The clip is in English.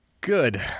Good